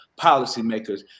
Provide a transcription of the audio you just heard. policymakers